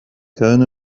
كان